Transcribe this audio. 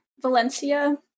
Valencia